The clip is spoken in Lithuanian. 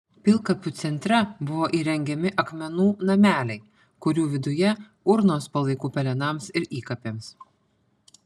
pilkapių centre buvo įrengiami akmenų nameliai kurių viduje urnos palaikų pelenams ir įkapėms